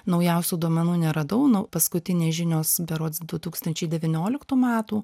naujausių duomenų neradau nu paskutinės žinios berods du tūkstančiai devynioliktų metų